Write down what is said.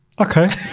okay